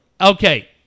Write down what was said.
okay